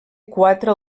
quatre